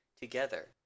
together